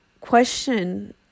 question